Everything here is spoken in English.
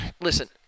Listen